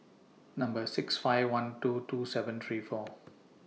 Number six five one two two seven three four